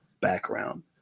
background